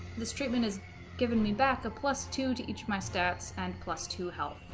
this treatment has given me back a plus two to each my stats and plus two health